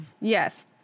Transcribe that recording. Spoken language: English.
Yes